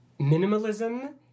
minimalism